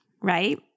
Right